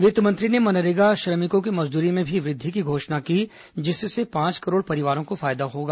वित्तमंत्री ने मनरेगा श्रमिकों की मजदूरी में भी वृद्धि की घोषणा की जिससे पांच करोड़ परिवारों को फायदा मिलेगा